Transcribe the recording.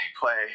play